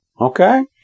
Okay